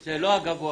זה לא הגבוה.